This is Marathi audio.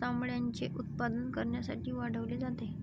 चामड्याचे उत्पादन करण्यासाठी वाढवले जाते